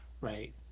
right